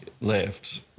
left